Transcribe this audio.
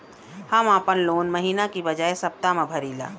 हम आपन लोन महिना के बजाय सप्ताह में भरीला